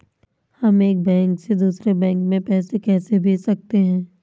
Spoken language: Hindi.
हम एक बैंक से दूसरे बैंक में पैसे कैसे भेज सकते हैं?